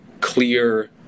clear